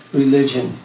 religion